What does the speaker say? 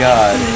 God